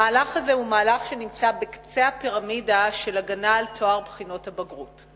המהלך הזה הוא מהלך שנמצא בקצה הפירמידה של הגנה על טוהר בחינות הבגרות.